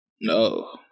No